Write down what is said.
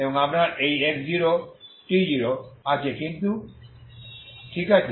এবং আপনার এই x0t0 আছে ঠিক আছে